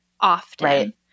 often